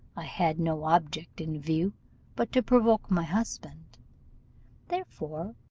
i had no object in view but to provoke my husband therefore,